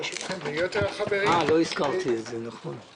מה שאני מבקש להביא לאישורכם זה את מינוי המנהל הכללי,